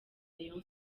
rayon